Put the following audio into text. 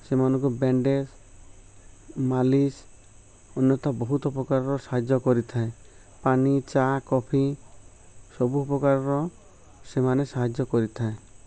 ସେମାନଙ୍କୁ ବ୍ୟାଣ୍ଡେଜ୍ ମାଲିସ ଅନ୍ୟତା ବହୁତ ପ୍ରକାରର ସାହାଯ୍ୟ କରିଥାଏ ପାଣି ଚା କଫି ସବୁ ପ୍ରକାରର ସେମାନେ ସାହାଯ୍ୟ କରିଥାଏ